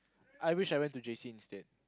I wish I went to J_C instead